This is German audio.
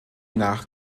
nach